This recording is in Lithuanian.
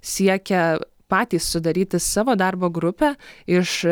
siekia patys sudaryti savo darbo grupę iš